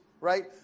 right